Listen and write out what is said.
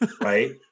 Right